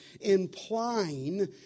implying